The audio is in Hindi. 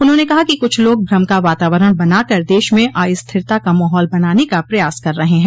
उन्होंने कहा कि क्छ लोग भ्रम का वातावरण बनाकर देश में अस्थिरता का माहौल बनाने का प्रयास कर रहे हैं